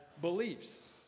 beliefs